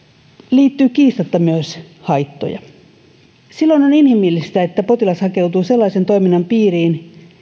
liittyy kiistatta myös haittoja silloin on inhimillistä että potilas hakeutuu sellaisen toiminnan piiriin